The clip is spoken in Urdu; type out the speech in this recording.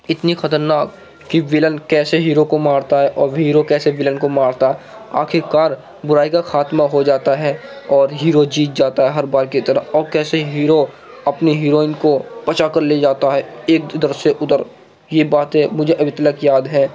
اتنی خطرناک کہ ویلن کیسے ہیرو کو مارتا ہے اور پھر ہیرو کیسے ویلن کو مارتا آخرکار بُرائی کا خاتمہ ہو جاتا ہے اور ہیرو جیت جاتا ہے ہر بار کی طرح اور کیسے ہیرو اپنی ہیروئن کو بچا کے لے جاتا ہے ایک اِدھر سے اُدھر یہ باتیں مجھے ابھی تک یاد ہے